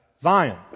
Zion